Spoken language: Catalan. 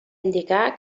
indicar